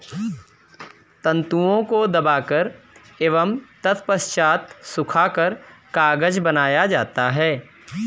तन्तुओं को दबाकर एवं तत्पश्चात सुखाकर कागज बनाया जाता है